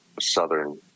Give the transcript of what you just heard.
southern